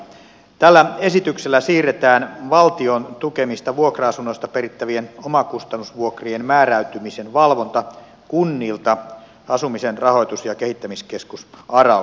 tällä esityksellä siirretään valtion tukemista vuokra asunnoista perittävien omakustannusvuokrien määräytymisen valvonta kunnilta asumisen rahoitus ja kehittämiskeskus aralle